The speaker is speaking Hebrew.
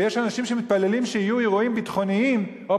ויש אנשים שמתפללים שיהיו אירועים ביטחוניים או